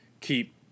keep